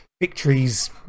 victories